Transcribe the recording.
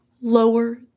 lower